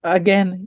again